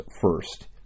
first